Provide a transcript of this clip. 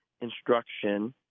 instruction